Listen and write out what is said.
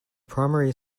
primary